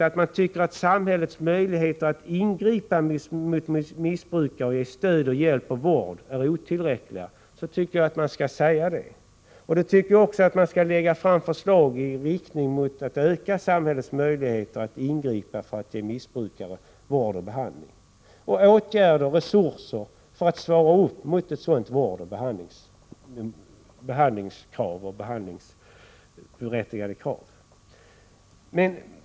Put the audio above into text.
Om man tycker att samhällets möjligheter att ingripa mot missbrukare och att ge stöd, hjälp och vård är otillräckliga, anser jag att man skall säga detta. Då tycker jag också att man skall lägga fram förslag i riktning mot att öka samhällets möjligheter att ingripa för att ge missbrukare vård och behandling samt att förbättra samhällets resurser för att kunna klara berättigade krav.